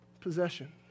possession